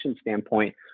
standpoint